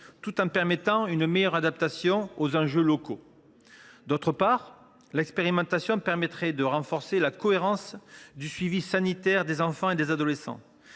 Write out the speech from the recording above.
tout en permettant une meilleure adaptation aux enjeux locaux. Ensuite, elle permettra de renforcer la cohérence du suivi sanitaire des enfants et des adolescents,